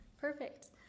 Perfect